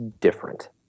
different